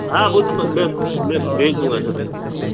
हाँ वो तो मैं मैं मैं भेज दूँगा सर भेज दूँगा आप के पास